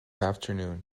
afternoon